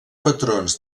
patrons